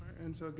and so again,